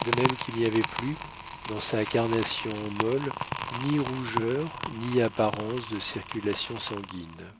de même qu'il n'y avait plus dans sa carnation molle ni rougeur ni apparence de circulation sanguine